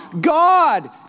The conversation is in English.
God